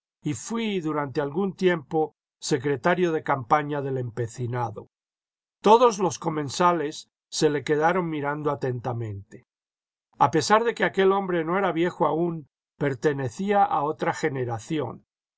y fui durante algún tiempo secretario de campaña del empecinado todos los comensales se le quedaron mir indo atentamente a pesar de que aquel hombre no era viejo aún pertenecía a otra generación